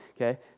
okay